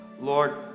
Lord